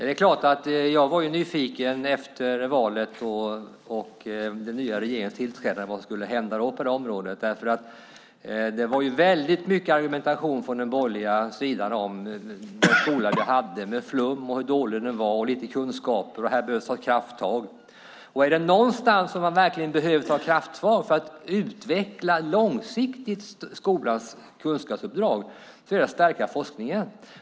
Det är klart att jag var nyfiken efter valet och den nya regeringens tillträdande på vad som skulle hända på området, därför att det var väldigt mycket argumentation från den borgerliga sidan om hur flummig och dålig skolan var, hur lite kunskaper den gav - här behövde det tas krafttag. Är det på något sätt som man verkligen behöver ta krafttag för att långsiktigt utveckla skolans kunskapsuppdrag så är det genom att stärka forskningen.